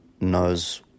knows